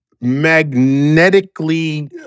magnetically